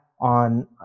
on